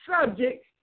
subject